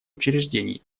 учреждений